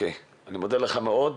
אני מודה לך מאוד.